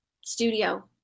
studio